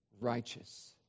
righteous